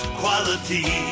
quality